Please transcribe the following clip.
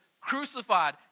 crucified